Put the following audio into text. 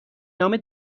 نام